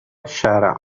الشارع